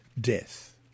death